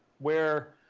where,